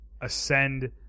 ascend